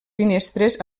finestres